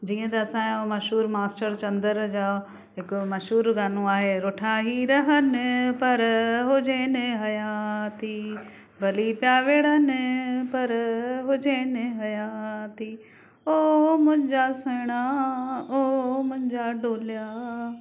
जीअं त असांजो मशहूरु मास्टर चंद्र जा हिकिड़ो मशहूरु गानो आहे रुठा ही रहनि पर हुजनि हयाती भली पया विढ़नि पर हुजनि हयाती ओ मुंहिंजा सुहिणा ओ मुंहिंजा डोलिया